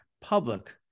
public